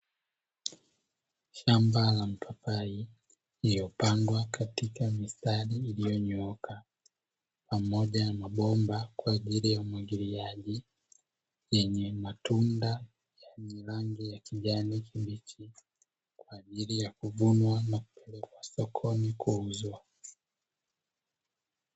Shamba la mapapai iliyopandwa katika mistari iliyonyooka pamoja na mabomba kwa ajili ya umwagiliaji, yenye matunda yenye rangi ya kijani kibichi kwa ajili ya kuvunwa na kupelekwa sokoni kuuzwa.